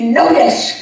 notice